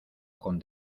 con